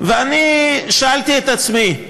ואני שאלתי את עצמי,